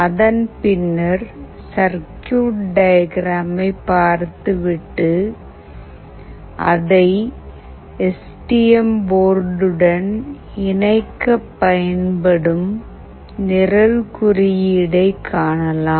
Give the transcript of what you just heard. அதன்பின்னர் சர்க்யூட் டயக்ராமை பார்த்துவிட்டு அதை எஸ் டி எம் போர்டுடன் இணைக்கப் பயன்படும் நிரல் குறியீடை காணலாம்